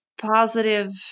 positive